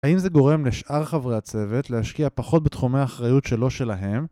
האם זה גורם לשאר חברי הצוות להשקיע פחות בתחומי האחריות שלא שלהם?